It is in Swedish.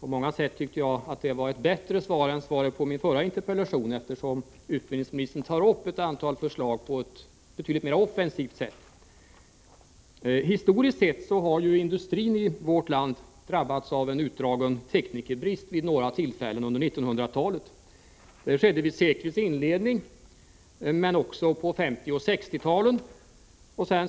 På många sätt tycker jag att det var ett bättre svar än svaret på min förra interpellation, eftersom utbildningsministern tar upp ett antal förslag på ett betydligt mer offensivt sätt. Historiskt sett har industrin i vårt land drabbats av en utdragen teknikerbrist vid några tillfällen under 1900-talet. Det skedde vid seklets inledning, men också under 1950 och 1960-talen.